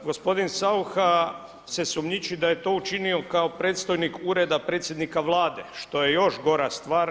Gospodin Saucha se sumnjiči da je to učinio kao predstojnik Ureda predsjednika Vlade što je još gora stvar.